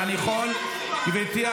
השרה